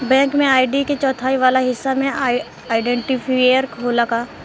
Bank में ID के चौथाई वाला हिस्सा में आइडेंटिफैएर होला का?